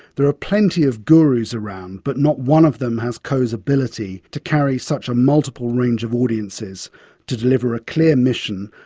there are plenty of gurus around but not one of them has coe's ability to carry such a multiple range of audiences to deliver a clear mission,